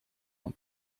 een